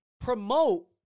promote